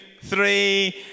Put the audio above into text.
three